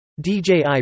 DJI